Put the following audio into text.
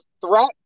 threat